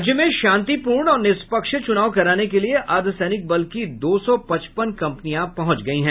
राज्य में शांतिपूर्ण और निष्पक्ष चुनाव कराने के लिए अर्द्वसैनिक बल की दो सौ पचपन कंपनियां पहुंच गयी है